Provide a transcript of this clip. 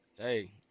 hey